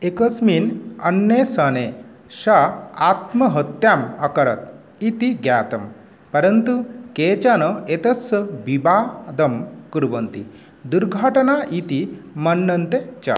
एकस्मिन् अन्वेषणे स आत्महत्याम् अकरोत् इति ज्ञातं परन्तु केचन एतस्य विबादं कुर्वन्ति दुर्घटना इति मन्यन्ते च